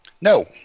No